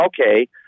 okay